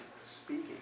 speaking